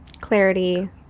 clarity